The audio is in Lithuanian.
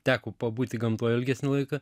teko pabūti gamtoj ilgesnį laiką